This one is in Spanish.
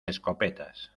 escopetas